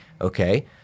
Okay